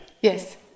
Yes